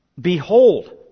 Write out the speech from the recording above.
Behold